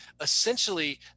essentially